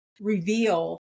reveal